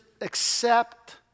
accept